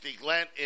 Glenn